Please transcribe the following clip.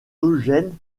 eugène